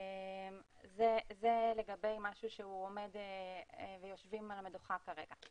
זה לגבי משהו שעומד ויושבים על המדוכה כרגע.